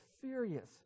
furious